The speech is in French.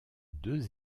deux